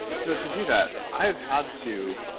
so to do that, i've had to,